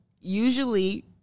usually